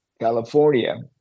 California